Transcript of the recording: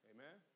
Amen